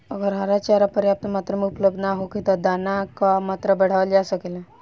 अगर हरा चारा पर्याप्त मात्रा में उपलब्ध ना होखे त का दाना क मात्रा बढ़ावल जा सकेला?